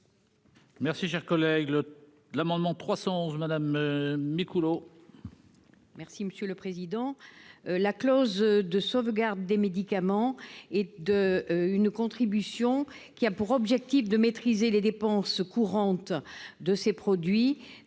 Merci, cher collègue, le l'amendement 311 Madame Micouleau. Merci monsieur le président, la clause de sauvegarde des médicaments et de une contribution qui a pour objectif de maîtriser les dépenses courantes de ces produits